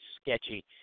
sketchy